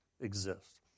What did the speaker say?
exist